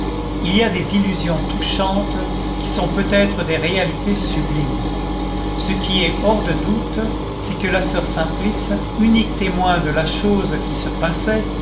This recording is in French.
il y a des illusions touchantes qui sont peut-être des réalités sublimes ce qui est hors de doute c'est que la soeur simplice unique témoin de la chose qui se passait